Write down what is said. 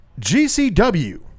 GCW